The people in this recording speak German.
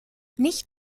nicht